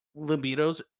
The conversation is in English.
libidos